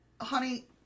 Honey